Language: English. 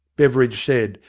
beveridge said,